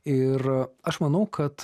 ir aš manau kad